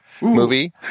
movie